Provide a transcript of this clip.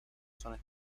son